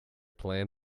plan